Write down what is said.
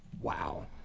Wow